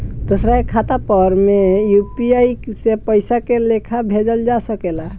दोसरा के खाता पर में यू.पी.आई से पइसा के लेखाँ भेजल जा सके ला?